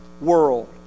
world